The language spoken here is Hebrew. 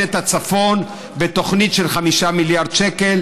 את הצפון בתוכנית של 5 מיליארד שקל,